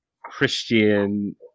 Christian